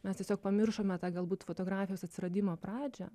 mes tiesiog pamiršome tą galbūt fotografijos atsiradimo pradžią